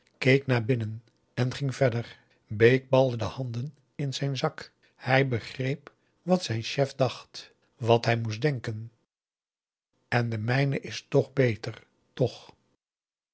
naar binnen en ging verder bake balde de handen in zijn zak hij begreep wat zijn chef dacht wat hij moest denken en de mijne is tch beter tch